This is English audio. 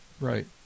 Right